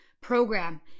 program